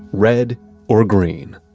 red or green?